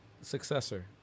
successor